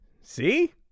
See